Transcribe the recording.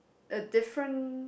a different